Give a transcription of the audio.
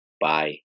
Bye